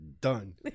done